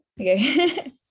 Okay